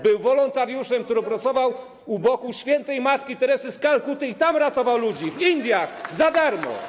był wolontariuszem, który pracował u boku św. matki Teresy z Kalkuty i ratował ludzi w Indiach za darmo.